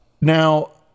Now